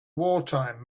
wartime